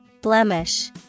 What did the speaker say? Blemish